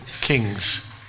kings